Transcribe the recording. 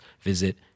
visit